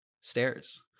stairs